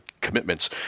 commitments